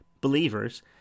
believers